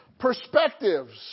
Perspectives